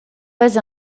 pas